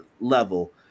level